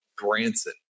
Branson